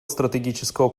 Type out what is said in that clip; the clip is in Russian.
стратегического